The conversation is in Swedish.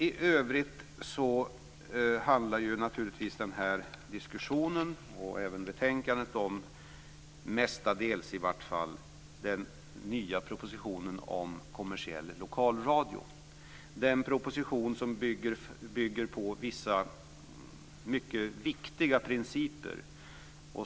I övrigt handlar den här diskussionen och även betänkandet mestadels om den nya propositionen om kommersiell lokalradio. Den propositionen bygger på vissa mycket viktiga principer.